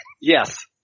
Yes